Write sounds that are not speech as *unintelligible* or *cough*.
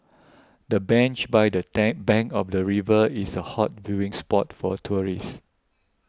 the bench by the *unintelligible* bank of the river is a hot viewing spot for tourists